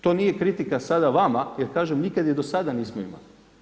To nije kritika sada vama jer kažem nikad je do sada nismo imali.